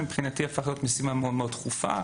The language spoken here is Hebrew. מבחינתי זה הפך להיות משימה מאוד מאוד דחופה.